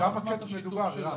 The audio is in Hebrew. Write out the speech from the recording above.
בכמה זמן מדובר, ערן?